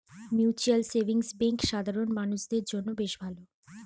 mutual savings bank সাধারণ মানুষদের জন্য বেশ ভালো